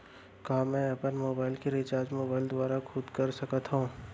का मैं अपन मोबाइल के रिचार्ज मोबाइल दुवारा खुद कर सकत हव?